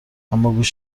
اماگوش